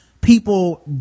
people